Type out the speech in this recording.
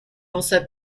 also